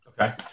Okay